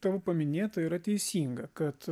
tavo paminėta yra teisinga kad